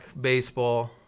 baseball